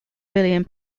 billion